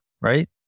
right